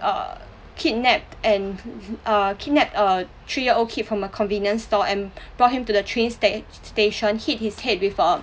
uh kidnap and uh kidnapped a three year old kid from a convenience store and brought him to the train sta~ station hit his head with a